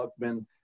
Luckman